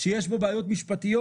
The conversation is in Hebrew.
שיש בו בעיות משפטיות,